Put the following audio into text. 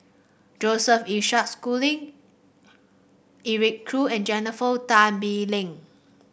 Joseph Isaac Schooling Eric Khoo and Jennifer Tan Bee Leng